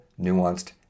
nuanced